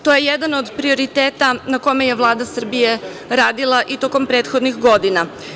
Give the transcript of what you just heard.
To je jedan od prioriteta na kome je Vlada Srbije radila i tokom prethodnih godina.